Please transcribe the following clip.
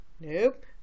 Nope